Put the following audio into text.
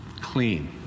clean